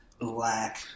black